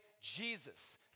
Jesus